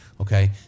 okay